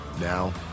Now